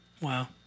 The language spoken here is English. wow